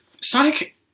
Sonic